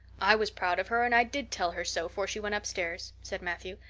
i was proud of her and i did tell her so fore she went upstairs, said matthew.